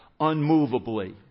unmovably